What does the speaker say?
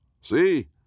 See